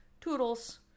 Toodles